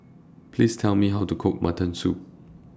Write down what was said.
Please Tell Me How to Cook Mutton Soup